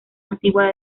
antigua